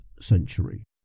century